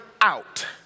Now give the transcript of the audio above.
out